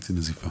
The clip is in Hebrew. אנחנו